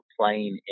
playing